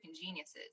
geniuses